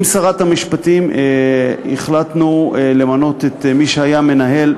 עם שרת המשפטים החלטנו למנות את מי שהיה מנהל,